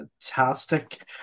fantastic